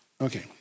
Okay